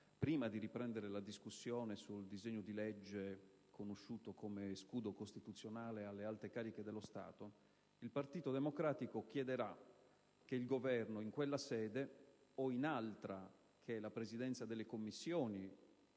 prima di riprendere la discussione sul disegno di legge conosciuto come scudo costituzionale alle alte cariche dello Stato, i senatori del Partito Democratico chiederanno che il Governo, in quella sede o in altra, che è la Presidenza delle Commissioni